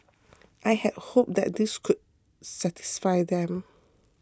I had hoped that this could satisfy them